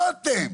לא אתם.